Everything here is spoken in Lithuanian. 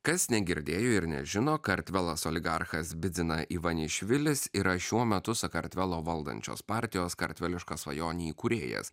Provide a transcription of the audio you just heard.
kas negirdėjo ir nežino kartvelas oligarchas bidzina ivanišvilis yra šiuo metu sakartvelo valdančios partijos kartveliška svajonė įkūrėjas